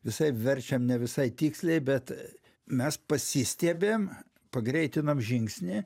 visaip verčiam ne visai tiksliai bet mes pasistiebėm pagreitinom žingsnį